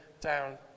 down